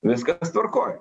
viskas tvarkoj